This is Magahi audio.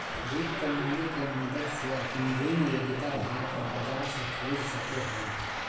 वित्त प्रणाली के मदद से अपने ऋण योग्यता आधार पर बाजार से खरीद सको हइ